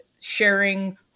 sharing